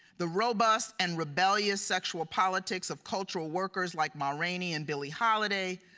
the robust and rebellious sexual politics of cultural workers like ma rainey and billie holiday.